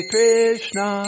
Krishna